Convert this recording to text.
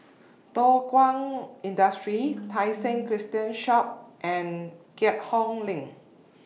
Thow Kwang Industry Tai Seng Christian Church and Keat Hong LINK